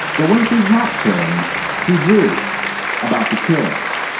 but when she's not killing she broods about the killings.